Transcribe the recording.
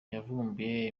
yavumbuye